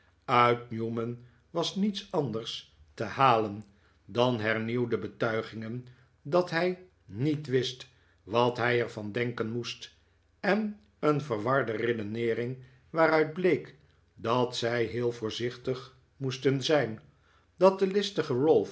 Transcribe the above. uit newman was njets anders te halen dan hernieuwde betuigingen dat hij niet wist wat hij er van denken moest en een verwarde redeneering waaruit bleek dat zij heel voorzichtig moesten zijn dat de listige